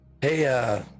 hey